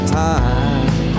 time